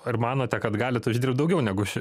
ar manote kad galit uždirbt daugiau negu ši